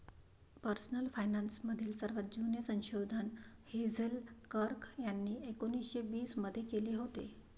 personal finance मधील सर्वात जुने संशोधन हेझेल कर्क यांनी एकोन्निस्से वीस मध्ये केले होते